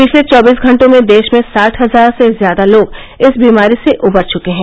पिछले चौबीस घंटों में देश में साठ हजार से ज्यादा लोग इस बीमारी से उबर चुके हैं